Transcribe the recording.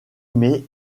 met